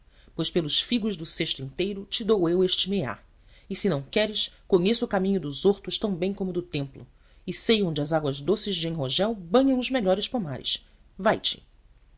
pois pelos figos do cesto inteiro te dou eu este meah e se não queres conheço o caminho dos hortos tão bem como o do templo e sei onde as águas doces de enrogel banham os melhores pomares vai-te